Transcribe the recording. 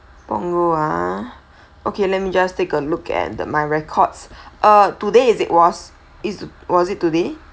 punggol ah okay let me just take a look at my records uh today is it was was it today